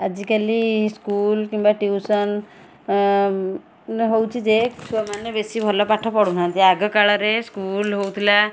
ଆଜିକାଲି ସ୍କୁଲ୍ କିମ୍ବା ଟିଉସନ୍ ନ ହେଉଛି ଯେ ଛୁଆମାନେ ବେଶୀ ଭଲ ପାଠ ପଢ଼ୁ ନାହାଁନ୍ତି ଆଗ କାଳରେ ସ୍କୁଲ୍ ହେଉଥିଲା